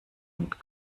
und